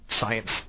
science